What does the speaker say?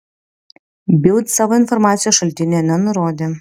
bild savo informacijos šaltinio nenurodė